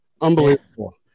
Unbelievable